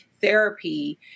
therapy